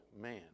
man